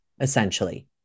essentially